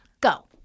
Go